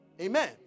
Amen